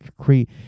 create